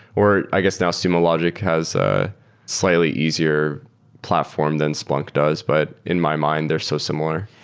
or i guess now sumologic has a slightly easier platform than splunk does. but in my mind, they're so similar.